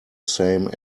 same